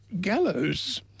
gallows